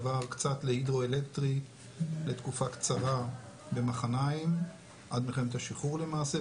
עבר קצת להידרואלקטרי לתקופה קצרה במחניים עד מלחמתה שחרור למעשה,